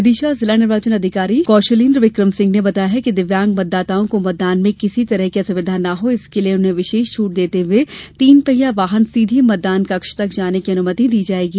विदिशा जिला निर्वाचन अधिकारी कौशलेन्द्र विक्रम सिंह ने बताया कि दिव्यांग मतदाताओं को मतदान में किसी तरह की असुविधा न हो इसके लिए उन्हें विशेष छूट देते हुए तीन पहिया वाहन सीधे मतदान कक्ष तक जाने की अनुमति दी जायेगी